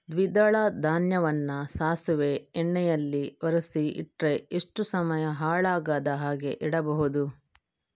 ದ್ವಿದಳ ಧಾನ್ಯವನ್ನ ಸಾಸಿವೆ ಎಣ್ಣೆಯಲ್ಲಿ ಒರಸಿ ಇಟ್ರೆ ಎಷ್ಟು ಸಮಯ ಹಾಳಾಗದ ಹಾಗೆ ಇಡಬಹುದು?